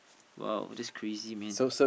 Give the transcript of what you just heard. !woah! that's crazy man